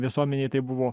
visuomenei tai buvo